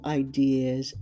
ideas